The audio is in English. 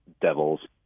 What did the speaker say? devils